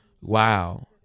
Wow